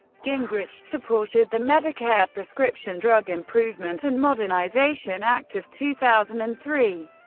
gingrich supported the medicare prescription drug, improvement, and modernization act of two thousand and three,